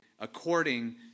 according